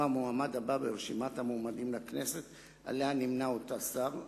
המועמד הבא ברשימת המועמדים לכנסת שעמה נמנה אותו שר,